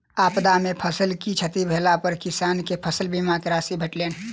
आपदा में फसिल के क्षति भेला पर किसान के फसिल बीमा के राशि भेटलैन